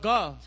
God